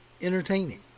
entertaining